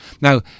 now